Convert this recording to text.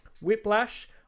Whiplash